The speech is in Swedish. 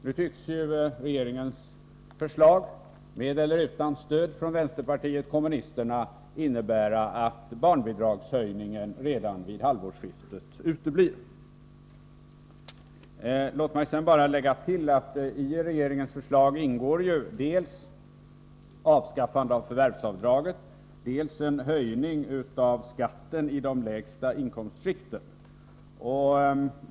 Nu tycks ju regeringens förslag — med eller utan stöd från vänsterpartiet kommunisterna — innebära att barnbidragshöjningen redan vid halvårsskiftet uteblir. Jag vill tillägga att i regeringens förslag ingår dels avskaffande av förvärvsavdraget, dels en höjning av skatten i de lägsta inkomstskikten.